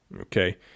Okay